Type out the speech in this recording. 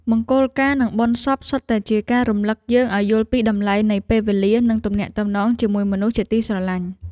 មង្គលការ និងបុណ្យសពសុទ្ធតែជាការរំលឹកយើងឱ្យយល់ពីតម្លៃនៃពេលវេលា និងទំនាក់ទំនងជាមួយមនុស្សជាទីស្រឡាញ់។